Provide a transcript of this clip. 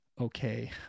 okay